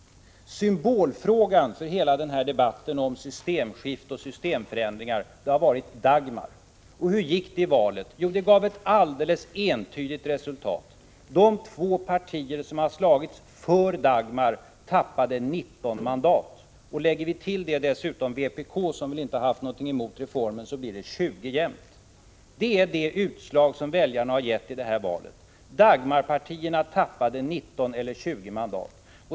Symbolfrågan för hela debatten om systemskifte och systemförändringar har varit Dagmar. Och hur gick det i valet? Jo, valet gav ett alldeles entydigt resultat: de två partier som har slagits för Dagmar tappade 19 mandat. Och lägger vi dessutom till vpk, som väl inte har haft något emot reformen, blir det 20 mandat. Det är det utslag som det här valet har givit. Dagmarpartierna tappade 19 eller 20 mandat.